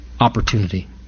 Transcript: opportunity